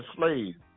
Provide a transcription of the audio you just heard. slaves